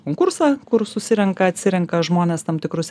konkursą kur susirenka atsirenka žmones tam tikrus